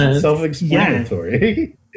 self-explanatory